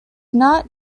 not